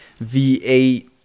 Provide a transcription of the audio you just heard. V8